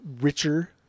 richer